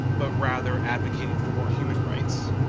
but rather advocating for more human rights,